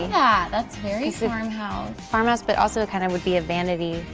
yeah that's very so farmhouse farmhouse but also kind of would be a vanity.